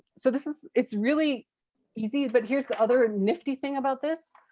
so this is, it's really easy but here's the other nifty thing about this,